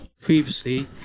previously